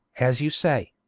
as you say